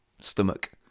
stomach